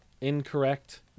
incorrect